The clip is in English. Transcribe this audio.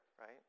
right